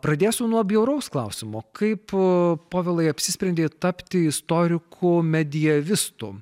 pradėsiu nuo bjauraus klausimo kaip tu povilai apsisprendė tapti istoriku mediavistu